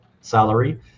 salary